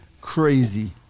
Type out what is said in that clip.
crazy